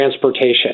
transportation